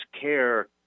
care